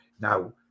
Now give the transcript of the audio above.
now